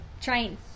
Train